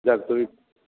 যাক তুমি